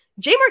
Jamer